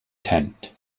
tent